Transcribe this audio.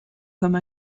comme